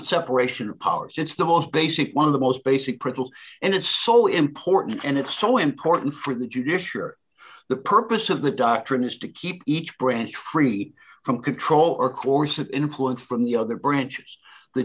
separation of powers it's the most basic one of the most basic priddle and it's so important and it's so important for the judiciary the purpose of the doctrine is to keep each branch free from control or course of influence from the other branches the